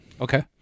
Okay